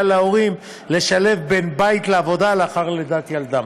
להורים לשלב בין בית לעבודה לאחר לידת ילדם.